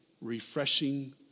refreshing